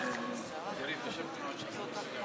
אני מבקש שכל אחד מחברי הכנסת